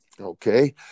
Okay